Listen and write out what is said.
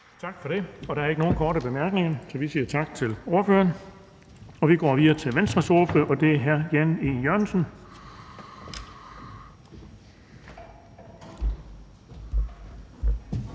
Tak for det. Der er ikke flere korte bemærkninger. Vi siger tak ordføreren, og så kan vi gå videre til Venstres ordfører, og det er hr. Jan E. Jørgensen.